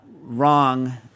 Wrong